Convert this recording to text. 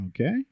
Okay